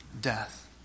death